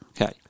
Okay